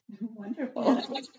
wonderful